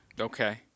Okay